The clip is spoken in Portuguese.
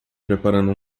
preparando